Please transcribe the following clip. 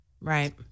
Right